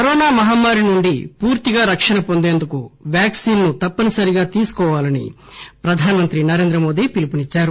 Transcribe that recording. corona మహమ్మారి నుండి పూర్తిగా రక్షణ పొందేందుకు వ్యాక్సిన్ ను తప్పనిసరిగా తీసుకోవాలని ప్రధానమంత్రి నరేంద్ర మోదీ పిలుపునిచ్చారు